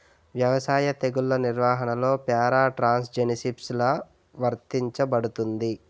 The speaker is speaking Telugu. వ్యవసాయ తెగుళ్ల నిర్వహణలో పారాట్రాన్స్జెనిసిస్ఎ లా వర్తించబడుతుంది?